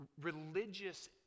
religious